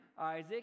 Isaac